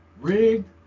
Rigged